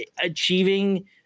achieving